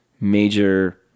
major